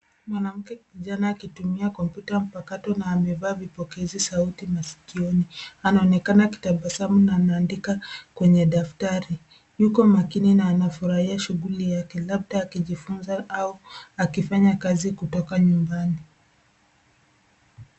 Mwanamke kijana akitumia kompyuta mpakato, na amevaa vipokezi sauti masikioni. Anaonekana akitabasamu na anaandika kwenye daftari. Yuko makini na anafurahia shughuli yake, labda akijifunza au akifanya kazi kutoka nyumbani.